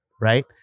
right